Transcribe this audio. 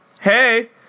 Hey